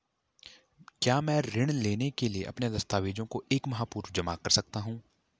क्या मैं ऋण लेने के लिए अपने दस्तावेज़ों को एक माह पूर्व जमा कर सकता हूँ?